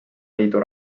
liidu